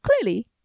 clearly